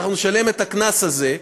אנחנו נשלם את הקנס הזה,